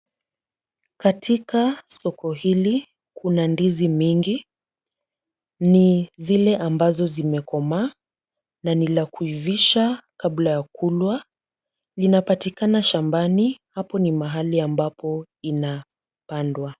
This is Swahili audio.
Katika soko hili kuna ndizi mingi ni zile ambazo zimekomaa na ni la kuivisha kabla ya kulwa, linapatikana shambani, hapo ni mahali ambapo inapandwa.